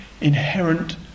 inherent